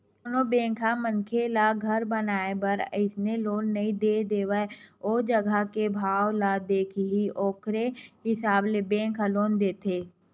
कोनो बेंक ह मनखे ल घर बनाए बर अइसने लोन नइ दे देवय ओ जघा के भाव ल देखही ओखरे हिसाब ले बेंक ह लोन देथे